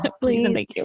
Please